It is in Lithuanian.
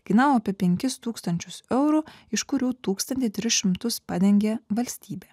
kainavo apie penkis tūkstančius eurų iš kurių tūkstantį tris šimtus padengė valstybė